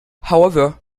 however